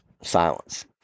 silence